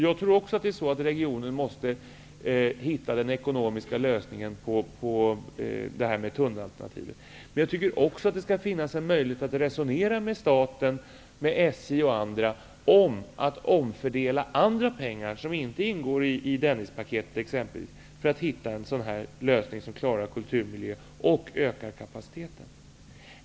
Jag tror också att regionen måste hitta den ekonomiska lösningen på tunnelalternativet. Men det skall även finnas en möjlighet att resonera med staten, SJ och andra om en omfördelning av andra pengar som inte ingår i Dennispaketet för att man skall finna en lösning som klarar kulturmiljö och samtidigt ökar kapaciteten.